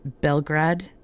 Belgrade